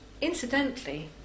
Incidentally